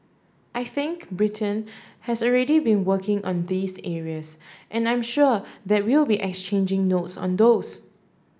I think Britain has already been working on these areas and I'm sure that we'll be exchanging notes on those